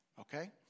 okay